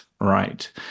right